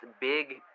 big